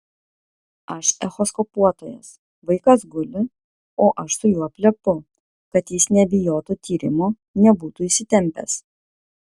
aš echoskopuotojas vaikas guli o aš su juo plepu kad jis nebijotų tyrimo nebūtų įsitempęs